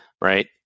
Right